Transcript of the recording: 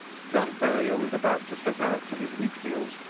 john ferrier was about to set out to his wheatfields,